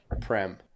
Prem